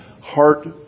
heart